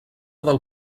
del